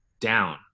down